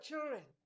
Children